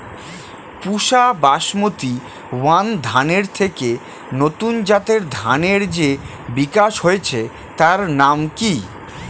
পুসা Basmati one ধানের থেকে নতুন জাতের ধানের যে বিকাশ হয়েছে তার নাম কি?